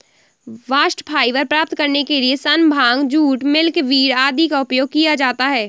bast fibre प्राप्त करने के लिए सन, भांग, जूट, मिल्कवीड आदि का उपयोग किया जाता है